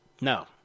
No